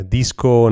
disco